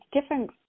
different